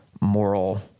moral